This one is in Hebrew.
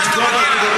זאת ההוכחה שאתה,